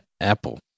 Apple